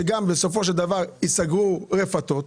שגם בסופו של דבר ייסגרו רפתות,